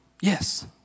yes